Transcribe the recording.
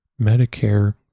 Medicare